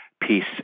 peace